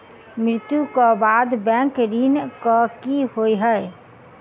मृत्यु कऽ बाद बैंक ऋण कऽ की होइ है?